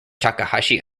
takahashi